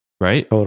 Right